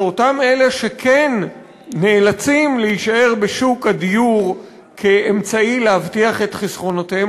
שאותם אלה שכן נאלצים להישאר בשוק הדיור כאמצעי להבטיח את חסכונותיהם